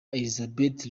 elizabeth